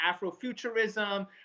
Afrofuturism